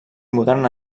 modern